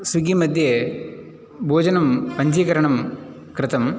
स्विग्गिमध्ये भोजनं पञ्जीकरणं कृतम्